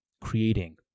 creating